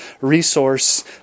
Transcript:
resource